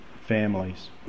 families